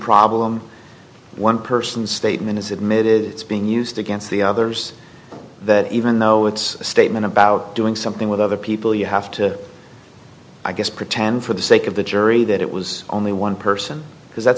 problem one person statement is admit is being used against the others that even though it's a statement about doing something with other people you have to i guess pretend for the sake of the jury that it was only one person because that